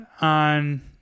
on